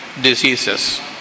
diseases